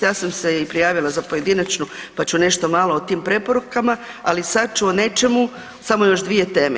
Ja sam se prijavila i za pojedinačnu pa ću nešto malo o tim preporukama, ali sad ću o nečemu, samo još dvije teme.